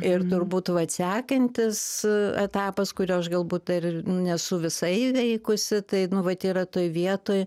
ir turbūt vat sekantis etapas kurio aš galbūt dar nesu visai įveikusi tai nu vat yra toj vietoj